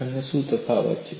અને શું તફાવત છે